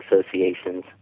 Association's